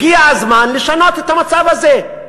הגיע הזמן לשנות את המצב הזה.